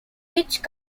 which